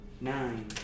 Nine